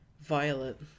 Violet